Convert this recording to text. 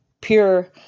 pure